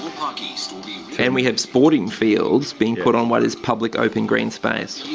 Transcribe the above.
um and we have sporting fields being put on what is public open green space.